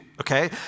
okay